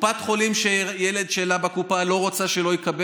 קופת חולים לא רוצה שילד שלה לא יקבל,